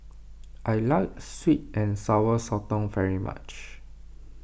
I like Sweet and Sour Sotong very much